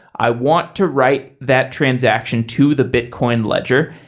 i want to write that transaction to the bitcoin ledger.